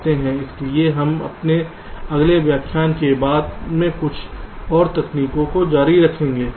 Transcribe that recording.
इसलिए हम अपने अगले व्याख्यानों में बाद में कुछ और तकनीकों को जारी रखेंगे